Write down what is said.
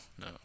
no